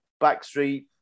backstreet